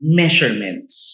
measurements